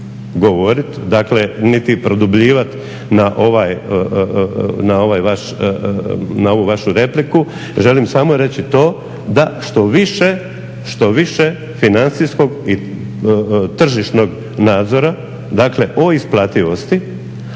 govorit niti produbljivat na ovu vašu repliku. Želim samo reći to da što više financijskog i tržišnog nadzora dakle o isplativosti,